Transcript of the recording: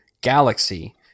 Galaxy